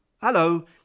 Hello